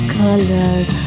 colors